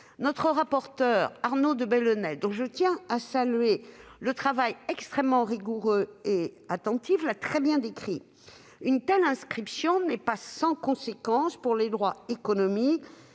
Notre rapporteur, Arnaud de Belenet, dont je tiens à saluer le travail extrêmement rigoureux et attentif, l'a très bien décrit : une telle inscription n'est pas sans conséquence pour les droits non